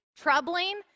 troubling